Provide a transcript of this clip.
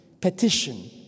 petition